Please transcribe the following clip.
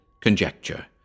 conjecture